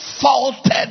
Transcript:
faulted